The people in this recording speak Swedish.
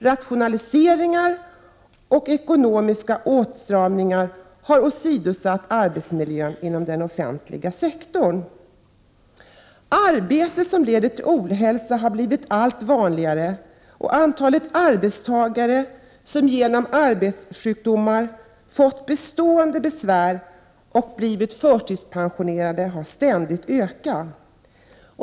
Rationaliseringar och ekonomiska åtstramningar har åsidosatt arbetsmiljön inom den offentliga sektorn. Arbete som leder till ohälsa har blivit allt vanligare, och antalet arbetstagare som genom arbetssjukdomar har fått bestående besvär och blivit förtidspensionerade ökar ständigt.